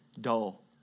dull